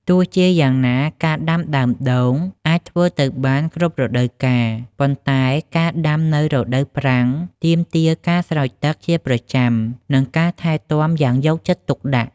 ទោះជាយ៉ាងណា ការដាំដើមដូងអាចធ្វើទៅបានគ្រប់រដូវកាល ប៉ុន្តែការដាំនៅរដូវប្រាំងទាមទារការស្រោចទឹកជាប្រចាំ និងការថែទាំយ៉ាងយកចិត្តទុកដាក់។